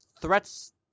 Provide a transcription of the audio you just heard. threats